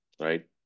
right